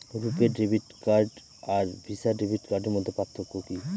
রূপে debit card আর Visa debit কার্ডের মধ্যে পার্থক্য কি?